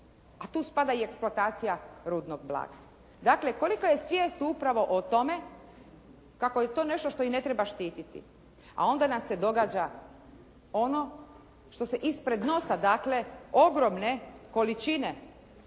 A tu spada i eksploatacija rudnog blaga. Dakle, kolika je svijest upravo o tome kako je to i nešto što ne treba štititi, a onda nam se događa ono što se ispred nosa dakle ogromne količine